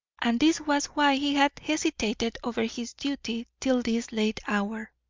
and this was why he had hesitated over his duty till this late hour,